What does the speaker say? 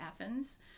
Athens